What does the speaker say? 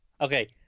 okay